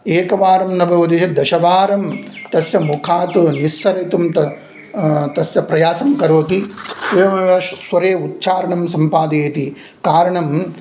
एकवारं न भवति चेत् दशवारं तस्य मुखात् निस्सरितुं तस्य प्रयासं करोति एवमेव स्वरे उच्चारणं सम्पादयति कारणं